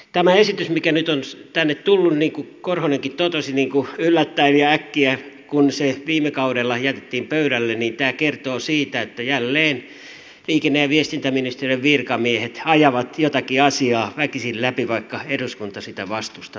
tämä esitys mikä nyt on tänne tullut niin kuin korhonenkin totesi yllättäen ja äkkiä kun se viime kaudella jätettiin pöydälle kertoo siitä että jälleen liikenne ja viestintäministeriön virkamiehet ajavat jotakin asiaa väkisin läpi vaikka eduskunta sitä vastustaa